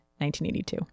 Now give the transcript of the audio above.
1982